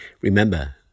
Remember